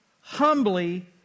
humbly